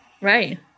right